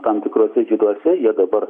tam tikruose žieduose jie dabar